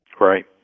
Right